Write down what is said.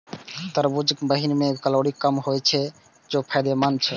तरबूजक बीहनि मे कैलोरी कम होइ छै, तें ई फायदेमंद छै